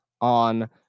on